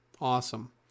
Awesome